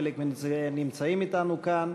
חלק מהם נמצאים אתנו כאן,